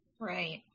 Right